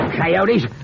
Coyotes